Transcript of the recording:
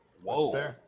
Whoa